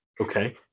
Okay